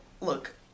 look